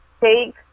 take